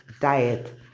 diet